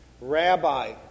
Rabbi